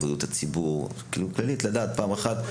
אני רוצה להודות לכולם,